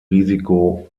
risiko